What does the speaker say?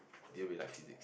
didn't really like physics